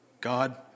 God